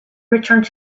returned